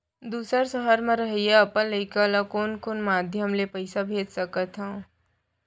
दूसर सहर म रहइया अपन लइका ला कोन कोन माधयम ले पइसा भेज सकत हव?